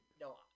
No